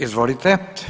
Izvolite.